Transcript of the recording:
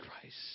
Christ